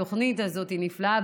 התוכנית הזאת היא נפלאה,